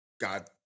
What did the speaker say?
God